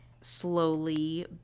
slowly